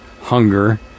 hunger